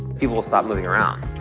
people will stop moving around,